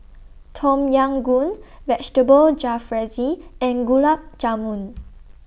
Tom Yam Goong Vegetable Jalfrezi and Gulab Jamun